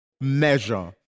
measure